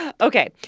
Okay